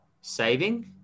saving